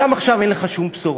גם עכשיו אין לך שום בשורה.